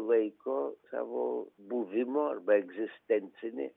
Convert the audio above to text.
laiko savo buvimo arba egzistencinį